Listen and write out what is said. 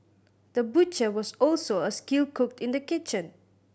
the butcher was also a skilled cook in the kitchen